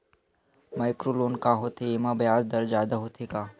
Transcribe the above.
Micro loan का होथे येमा ब्याज दर जादा होथे का?